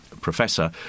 professor